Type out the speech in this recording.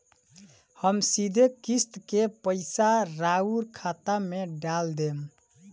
हम सीधे किस्त के पइसा राउर खाता में डाल देम?